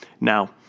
Now